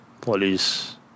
police